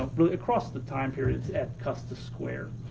really across the time periods at custis square.